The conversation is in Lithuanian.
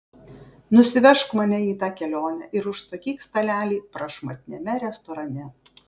nusivežk mane į tą kelionę ir užsakyk stalelį prašmatniame restorane